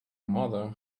mother